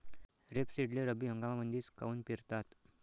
रेपसीडले रब्बी हंगामामंदीच काऊन पेरतात?